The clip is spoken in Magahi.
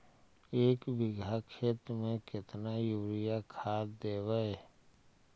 एक बिघा खेत में केतना युरिया खाद देवै?